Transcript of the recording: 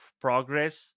progress